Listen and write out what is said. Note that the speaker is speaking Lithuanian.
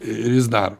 ir jis daro